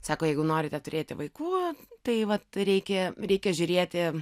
sako jeigu norite turėti vaikų tai vat reikia reikia žiūrėti